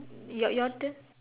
your your turn